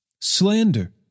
slander